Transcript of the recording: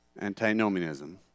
Antinomianism